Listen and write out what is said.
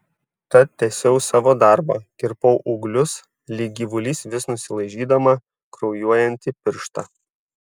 tad tęsiau savo darbą kirpau ūglius lyg gyvulys vis nusilaižydama kraujuojantį pirštą